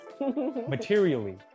materially